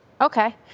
Okay